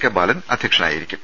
K Balan അധ്യക്ഷനായി രിക്കും